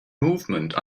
movement